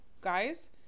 guys